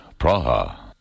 Praha